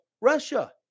Russia